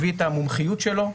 הביא את המומחיות שלו,